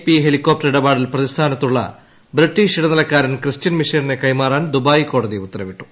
P helicopter ഇടപാടിൽ പ്രതിസ്ഥാനത്തുള്ള British ഇടനിലക്കാരൻ ക്രിസ്ത്യൻ മിഷേലിനെ കൈമാറാൻ ദുബായ് കോടതി ഉത്തരവിട്ടു